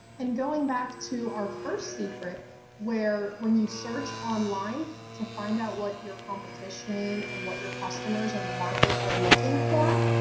in going back to our first secret where when you search online to find out what your competition and what your customers on the market are looking for.